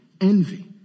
envy